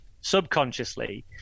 subconsciously